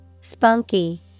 Spunky